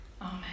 amen